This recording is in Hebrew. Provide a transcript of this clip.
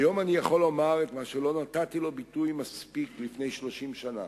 היום אני יכול לומר את מה שלא נתתי לו ביטוי מספיק לפני 30 שנה: